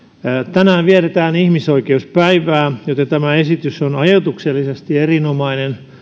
tänään vietetään ihmisoikeuspäivää joten tämä esitys on ajoituksellisesti erinomainen